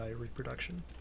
reproduction